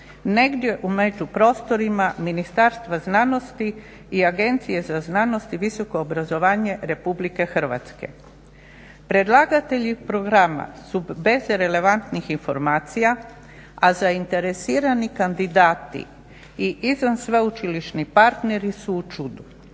negdje u međuprostorima Ministarstva znanosti Agencije za znanost i visoko obrazovanje Republike Hrvatske. Predlagatelji programa su bez relevantnih informacija, a zainteresirani kandidati i izvansveučilišni partneri su u čudu.